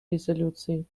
резолюции